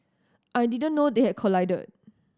I didn't know they had collided